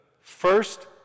first